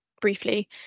briefly